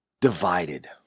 Divided